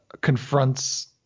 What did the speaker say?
confronts